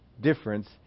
difference